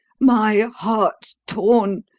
my heart's torn,